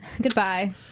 goodbye